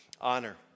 honor